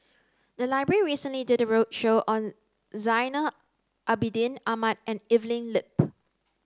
the library recently did a roadshow on Zainal Abidin Ahmad and Evelyn Lip